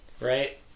Right